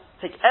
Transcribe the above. take